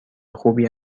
خوبی